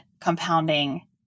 compounding